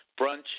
brunch